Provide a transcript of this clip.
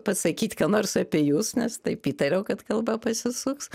pasakyt ką nors apie jus nes taip įtariau kad kalba pasisuks